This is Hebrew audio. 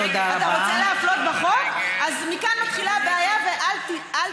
אם היא לא תהיה דמוקרטית ואם היא לא